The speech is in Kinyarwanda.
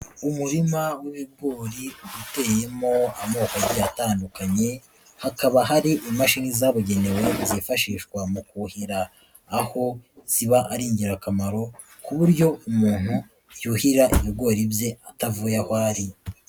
Umurima w'ibigori uteyemo amoko agiye atandukanye, hakaba hari imashini zabugenewe zifashishwa mu kuhira, aho ziba ari ingirakamaro ku buryo umuntu yuhira ibigori bye atavuye aho ari.